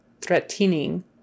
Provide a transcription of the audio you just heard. threatening